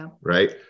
Right